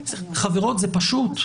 חברות, זה פשוט.